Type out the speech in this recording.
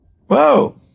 Whoa